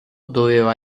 doveva